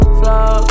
flow